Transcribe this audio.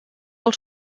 els